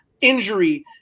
injury